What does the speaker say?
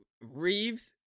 Reeves